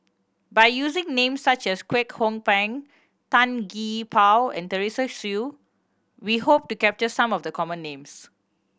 by using names such as Kwek Hong Png Tan Gee Paw and Teresa Hsu we hope to capture some of the common names